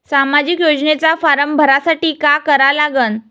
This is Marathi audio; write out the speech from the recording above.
सामाजिक योजनेचा फारम भरासाठी का करा लागन?